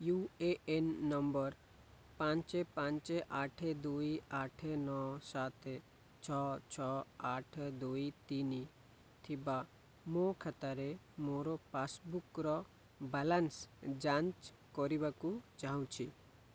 you A N number ପାଞ୍ଚ ପାଞ୍ଚ ଆଠ ଦୁଇ ଆଠ ନଅ ସାତ ଛଅ ଛଅ ଆଠ ଦୁଇ ତିନି ଥିବା ମୋ ଖାତାରେ ମୋର ପାସ୍ବୁକ୍ର ବାଲାନ୍ସ ଯାଞ୍ଚ କରିବାକୁ ଚାହୁଁଛି